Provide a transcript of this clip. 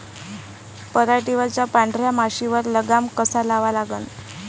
पराटीवरच्या पांढऱ्या माशीवर लगाम कसा लावा लागन?